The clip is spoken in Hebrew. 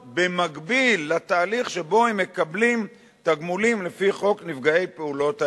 במקביל לתהליך שבו הם מקבלים תגמולים לפי חוק נפגעי פעולות איבה.